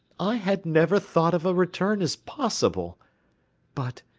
i had never thought of a return as possible but,